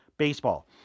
Baseball